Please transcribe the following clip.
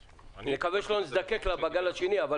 נקווה שלא נזדקק לה בגל השני, אבל